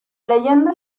leyendo